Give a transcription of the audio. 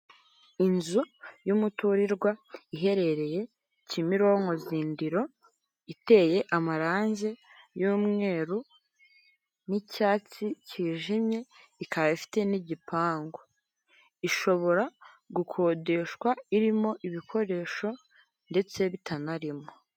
Perezida Paul Kagame mu gikorwa cyo kwiyamamaza mu ishyaka efuperi inkotanyi. Hari abashinzwe umutekano we, abaturage ni benshi cyane, kandi bose bafite amadarapo y'ishyaka rya efuperi.